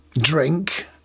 drink